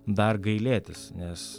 dar gailėtis nes